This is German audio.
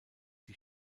die